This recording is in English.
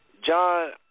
John